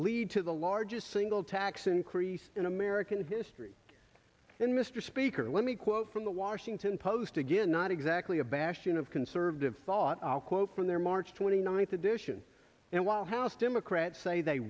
lead to the largest single to tax increase in american history and mr speaker let me quote from the washington post again not exactly a bastion of conservative thought i'll quote from their march twenty ninth edition and while house democrats say they